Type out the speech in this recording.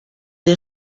les